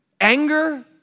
anger